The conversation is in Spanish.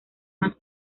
más